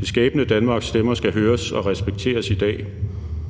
Det skabende Danmarks stemmer skal høres og respekteres i dag,